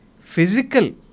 physical